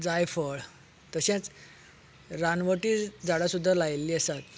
जायफळ तशेंच रानवटी झाडां सुद्दा लायिल्ली आसात